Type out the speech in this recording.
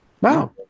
Wow